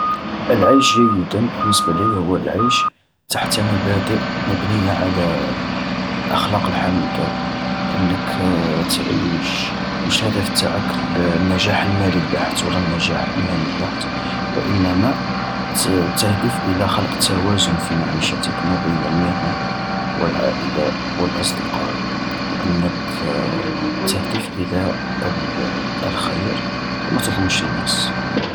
العيش جيداً بالنسبة ليا هو العيش تحت مبادئ مبنية على أخلاق الحميدة، أنك تعيش مش الهدف تاعك النجاح المالي البحت ولا النجاح المهني البحت، وإنما ت-تهدف إلى خلق توازن في معيشتك ما بين المهنة والعائلة والأصدقاء وأنك تهدف إلى ال-الخير وما تظلمش الناس.